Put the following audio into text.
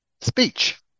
speech